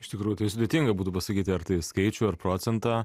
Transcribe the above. iš tikrųjų tai sudėtinga būtų pasakyti ar tai skaičių ar procentą